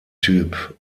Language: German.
typ